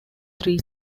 three